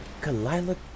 Kalila